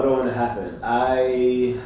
to happen? i